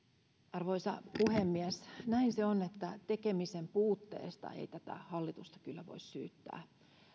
arvoisa puhemies näin se on että tekemisen puutteesta ei tätä hallitusta kyllä voi syyttää